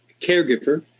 caregiver